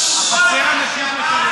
אדוני היושב-ראש,